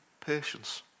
patience